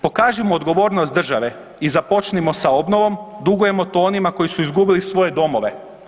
Pokažimo odgovornost države i započnimo sa obnovom, dugujemo to onima koji su izgubili svoje domove.